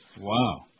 Wow